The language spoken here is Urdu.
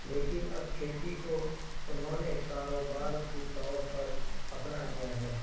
لیکن اب کھیتی کو انہوں نے کاروبار کے طور پر اپنا لیا ہے